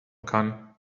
kann